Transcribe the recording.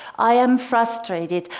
i am frustrated.